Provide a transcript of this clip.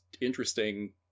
interesting